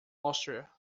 austria